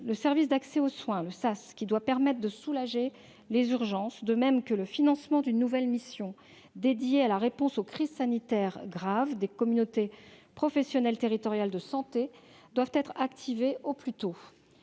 le service d'accès aux soins, le SAS, qui doit permettre de soulager les services d'urgence, de même que le financement d'une nouvelle mission dédiée à la réponse aux crises sanitaires graves des communautés professionnelles territoriales de santé doivent être activés au plus tôt.